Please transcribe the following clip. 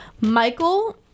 Michael